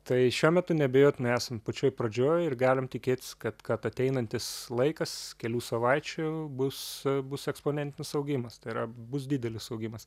tai šiuo metu neabejotinai esam pačioj pradžioj ir galim tikėtis kad kad ateinantis laikas kelių savaičių bus bus eksponentinis augimas tai yra bus didelis augimas